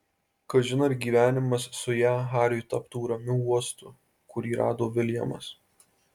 kažin ar gyvenimas su ja hariui taptų ramiu uostu kurį rado viljamas